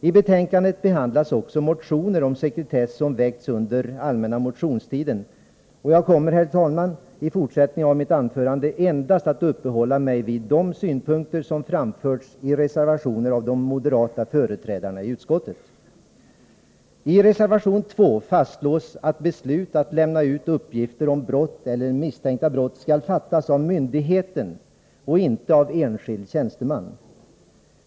I betänkandet behandlas också motioner om sekretess som väckts under allmänna motionstiden, och jag kommer, herr talman, i fortsättningen av mitt anförande endast att uppehålla mig vid de synpunkter som framförts i reservationer av de moderata företrädarna i utskottet. I reservation 2 fastslås att beslut att lämna ut uppgifter om brott eller misstänkta brott skall fattas av myndigheten och inte av enskild tjänsteman.